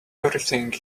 everything